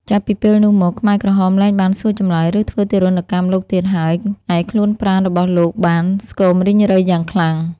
ចាប់ពីពេលនោះមក ខ្មែរក្រហមលែងបានសួរចម្លើយ ឬធ្វើទារុណកម្មលោកទៀតហើយ ឯខ្លួនប្រាណរបស់លោកបាន ស្គមរីងរៃយ៉ាងខ្លាំង។